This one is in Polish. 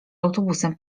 autobusem